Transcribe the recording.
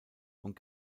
und